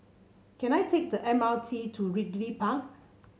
can I take the M R T to Ridley Park